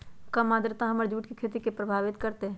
कम आद्रता हमर जुट के खेती के प्रभावित कारतै?